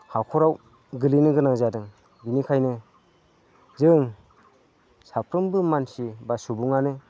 हाखराव गोग्लैनो गोनां जादों बिनिखायनो जों साफ्रोमबो मानसि बा सुबुङानो